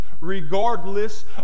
regardless